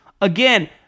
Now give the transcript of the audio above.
Again